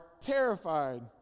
terrified